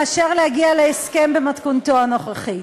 מאשר להגיע להסכם במתכונתו הנוכחית.